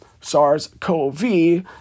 SARS-CoV